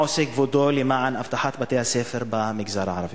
מה עושה כבודו למען אבטחת בתי-הספר במגזר הערבי?